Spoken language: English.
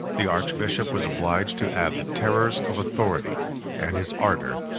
the archbishop was obliged to add the terrors of authority and his ardor,